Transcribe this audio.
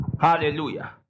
Hallelujah